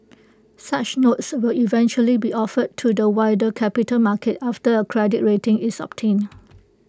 such notes will eventually be offered to the wider capital market after A credit rating is obtained